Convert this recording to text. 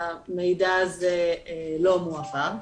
המידע הזה לא מועבר.